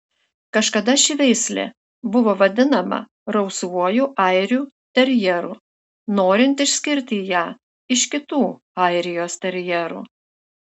kažkada ši veislė buvo vadinama rausvuoju airių terjeru norint išskirti ją iš kitų airijos terjerų